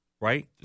right